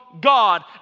God